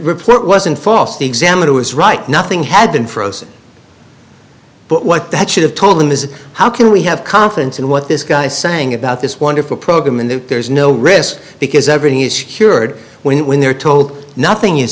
report wasn't false the examiner was right nothing had been frozen but what that should have told them is how can we have confidence in what this guy saying about this wonderful program and that there's no risk because everything is here and when when they're told nothing is